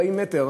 40 מטר,